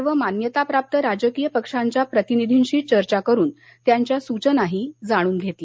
आयोगानं सर्व मान्यताप्राप्त राजकीय पक्षांच्या प्रतिनिधींशी चर्चा करून त्यांच्या सूचनाही जाणून घेतल्या